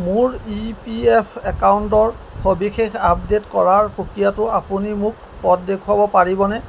মোৰ E P F একাউণ্টৰ সবিশেষ আপডে'ট কৰাৰ প্ৰক্ৰিয়াটো আপুনি মোক পথ দেখুৱাব পাৰিবনে